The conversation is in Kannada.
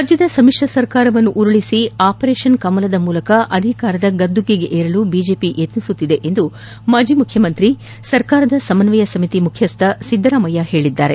ರಾಜ್ಯದ ಸಮಿಶ್ರ ಸರ್ಕಾರವನ್ನು ಉರುಳಿಸಿ ಆಪರೇಷನ್ ಕಮಲದ ಮೂಲಕ ಅಧಿಕಾರದ ಗದ್ದುಗೆಗೇರಲು ಬಿಜೆಪಿ ಯಕ್ನಿಸುತ್ತಿದೆ ಎಂದು ಮಾಜಿ ಮುಖ್ಯಮಂತ್ರಿ ಸರ್ಕಾರದ ಸಮನ್ವಯ ಸಮಿತಿ ಮುಖ್ಯಸ್ಥ ಸಿದ್ದರಾಮಯ್ಯ ಹೇಳಿದ್ದಾರೆ